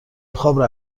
خواب